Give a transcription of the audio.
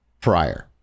prior